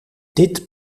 dit